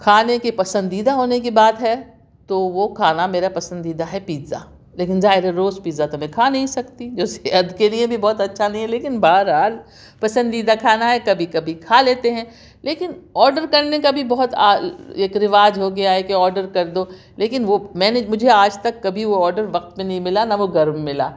کھانے کے پسندیدہ ہونے کی بات ہے تو وہ کھانا میرا پسندیدہ ہے پزّا لیکن ظاہر ہے روز پزا تو میں کھا نہیں سکتی جو صحت کے بھی بہت اچھا نہیں ہے لیکن بہرحال پسندیدہ کھانا ہے کبھی کبھی کھا لیتے ہیں لیکن آڈر کرنے کا بھی بہت ایک رواج ہو گیا ہے کہ آڈر کر دو لیکن وہ میں نے مجھے آج تک کبھی وہ آڈر وقت پہ نہیں ملا نہ وہ گرم ملا